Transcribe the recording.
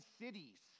cities